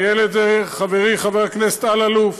ניהל את זה חברי חבר הכנסת אלאלוף.